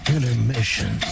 Intermission